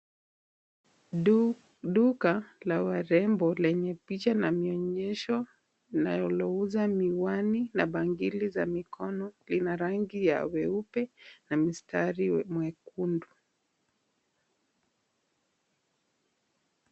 Duka la warembo lenye picha na mionyesho linalouza miwani na bangili za mikono, lina rangi ya weupe na mistari mwekundu.